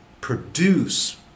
produce